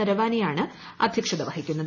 നരവാനേയാണ് അദ്ധ്യക്ഷത വഹിക്കുന്നത്